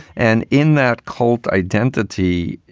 and in that cult identity,